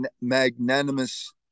magnanimous